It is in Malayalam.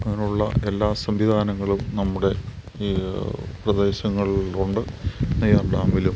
അതിനുള്ള എല്ലാ സംവിധാനങ്ങളും നമ്മുടെ ഈ പ്രദേശങ്ങളിലുണ്ട് നെയ്യാർ ഡാമിലും